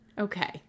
Okay